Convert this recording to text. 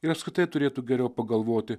ir apskritai turėtų geriau pagalvoti